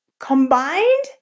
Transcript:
combined